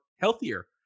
healthier